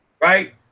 right